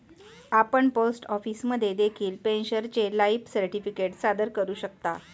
आपण पोस्ट ऑफिसमध्ये देखील पेन्शनरचे लाईफ सर्टिफिकेट सादर करू शकता